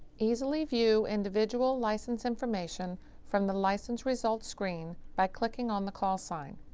easily view individual license information from the license results screen by clicking on the call sign.